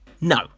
No